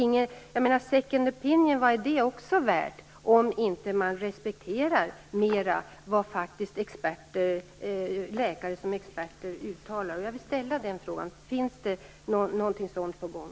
Vad är second opinion värt om man inte i högre grad respekterar vad läkarna som experter uttalar? Finns det någonting sådant på gång?